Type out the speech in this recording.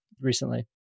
recently